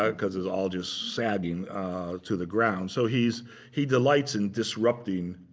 ah because it's all just sagging to the ground. so he's he delights in disrupting